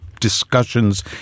discussions